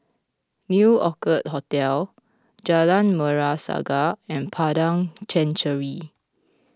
New Orchid Hotel Jalan Merah Saga and Padang Chancery